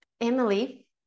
Emily